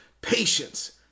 Patience